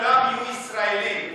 ישראלי.